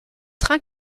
train